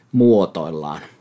muotoillaan